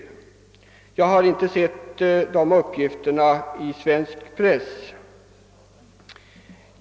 Jag har inte sett dessa uppgifter i svensk press.